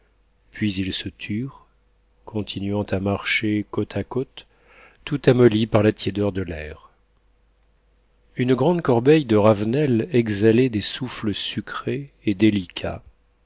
puis ils se turent continuant à marcher côte à côte tout amollis par la tiédeur de l'air une grande corbeille de ravenelles exhalait des souffles sucrés et délicats